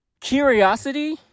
curiosity